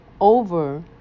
over